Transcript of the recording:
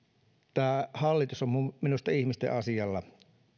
tämä hallitus on minusta minusta ihmisten asialla